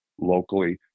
locally